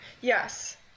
Yes